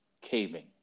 caving